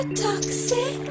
toxic